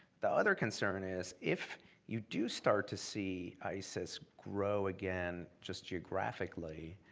the other concern is if you do start to see isis grow again just geographically